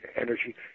energy